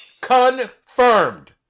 Confirmed